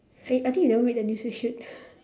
I I think you never read the news you should